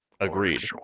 Agreed